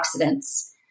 antioxidants